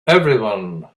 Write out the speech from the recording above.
everyone